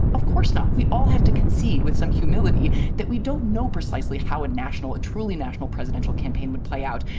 of course, we all have to concede with some humility that we don't know precisely how a national a truly national presidential campaign would play out.